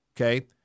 Okay